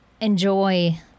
enjoy